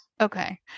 Okay